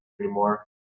anymore